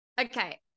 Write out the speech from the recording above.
Okay